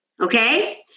okay